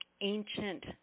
ancient